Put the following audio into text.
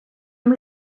amb